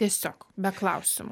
tiesiog be klausimo